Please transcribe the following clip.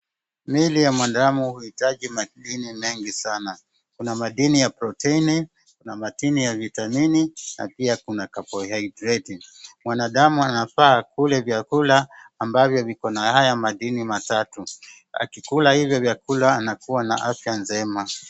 Mwili wa binadamu huhitaji madini mengi sana. Kuna madini ya proteini, madini ya vitamini na pia kuna kabohaidreti. Mwanadamu anafaa akule vyakula ambavyo viko na haya madini matatu. akikula hivyo vyakula anakua na afya njema.